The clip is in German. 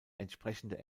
entsprechende